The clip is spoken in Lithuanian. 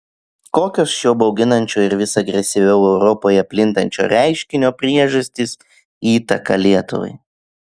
kokios šio bauginančio ir vis agresyviau europoje plintančio reiškinio priežastys įtaka lietuvai